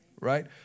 right